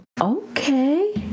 Okay